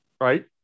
right